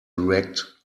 erect